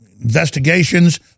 investigations